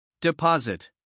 Deposit